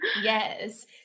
Yes